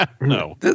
No